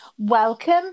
Welcome